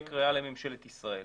שתהיה קריאה לממשלת ישראל,